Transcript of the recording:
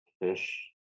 fish